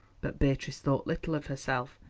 but beatrice thought little of herself.